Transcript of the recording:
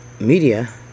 media